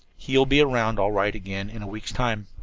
he will be around all right again in a week's time.